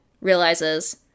realizes